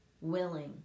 willing